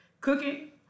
cooking